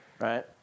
right